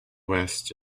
west